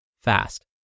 fast